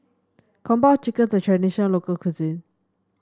Kung Po Chicken is a traditional local cuisine